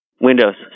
Windows